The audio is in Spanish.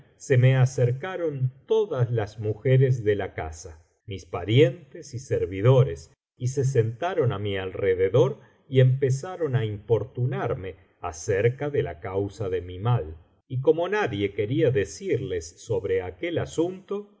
se me acercaron todas las mujeres de la casa mis parientes y servidores y se sentaron á mi alrededor y empezaron á importunarme acerca de la causa de mi mal y como nada quería decirles sobre aquel asunto no